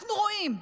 אנחנו רואים: